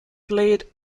played